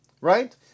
right